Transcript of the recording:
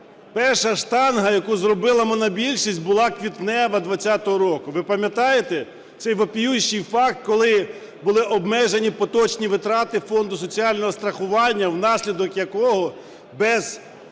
Перша "штанга", яку зробила монобільшість, була квітнева 2020 року, ви пам'ятаєте, цей вопиющий факт, коли були обмежені поточні витрати Фонду соціального страхування, внаслідок якого без